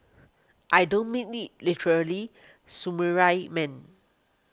I don't mean it literally Samurai man